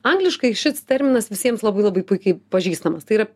angliškai šis terminas visiems labai labai puikiai pažįstamas tai yra